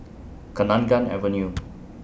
Kenanga Avenue